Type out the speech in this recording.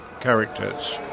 characters